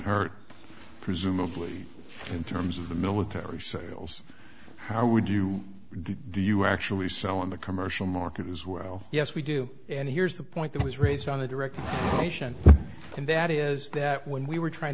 hurt presumably in terms of the military sales how would you do you actually sell in the commercial market as well yes we do and here's the point that was raised on the direct question and that is that when we were trying